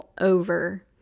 over